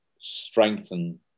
strengthen